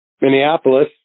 Minneapolis